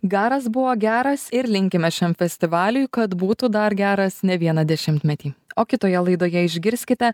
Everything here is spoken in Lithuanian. garas buvo geras ir linkime šiam festivaliui kad būtų dar geras ne vieną dešimtmetį o kitoje laidoje išgirskite